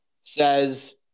says